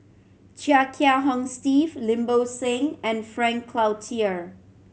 Chia Kiah Hong Steve Lim Bo Seng and Frank Cloutier